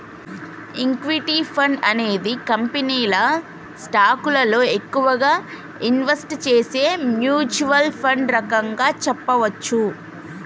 equity fund అనేది కంపెనీల స్టాకులలో ఎక్కువగా ఇన్వెస్ట్ చేసే మ్యూచ్వల్ ఫండ్ రకంగా చెప్పచ్చు